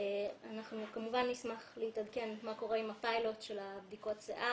אנחנו כמובן נשמח להתעדכן מה קורה עם הפיילוט של בדיקות השיער,